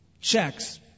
Checks